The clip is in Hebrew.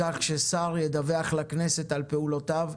לפי חוק, ששר ידווח לכנסת על פעולותיו,